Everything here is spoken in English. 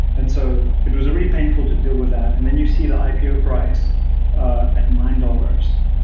and so it was really painful to deal with that, and then you see the ipo price ah at nine dollars.